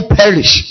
perish